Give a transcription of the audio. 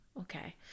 Okay